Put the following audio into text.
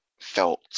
felt